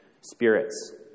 spirits